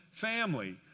family